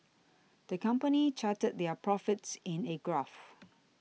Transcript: the company charted their profits in a graph